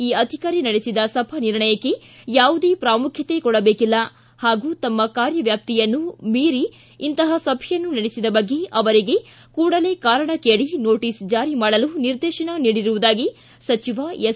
ಈ ಅಧಿಕಾರಿ ನಡೆಸಿದ ಸಭಾ ನಿರ್ಣಯಕ್ಕೆ ಯಾವುದೇ ಪ್ರಾಮುಖ್ಯತೆಯನ್ನು ಕೊಡಬೇಕಿಲ್ಲ ಹಾಗೂ ಅವರು ತಮ್ಮ ಕಾರ್ಯ ವ್ಯಾಪ್ತಿಯನ್ನು ಮೀರಿ ಇಂತಹ ಸಭೆಯನ್ನು ನಡೆಸಿದ ಬಗ್ಗೆ ಅವರಿಗೆ ಕೂಡಲೇ ಕಾರಣ ಕೇಳಿ ನೋಟಸ್ ಜಾರಿ ಮಾಡಲು ನಿರ್ದೇಶನ ನೀಡಿರುವುದಾಗಿ ಸಚಿವ ಎಸ್